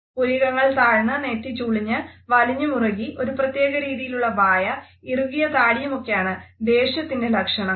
പുരികങ്ങൾ താഴ്ന്നു നെറ്റി ചുളിഞ്ഞു വലിഞ്ഞു മുറുകി ഒരു പ്രത്യേക രീതിയിലുള്ള വായ ഇറുകിയ താടിയുമൊക്കെയാണ് ദേഷ്യത്തിൻറെ ലക്ഷണങ്ങൾ